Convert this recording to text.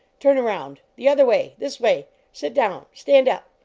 turn around! the other way! this way! sit down! stand up!